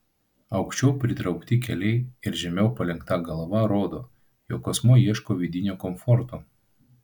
aukščiau pritraukti keliai ir žemiau palenkta galva rodo jog asmuo ieško vidinio komforto